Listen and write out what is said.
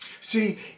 See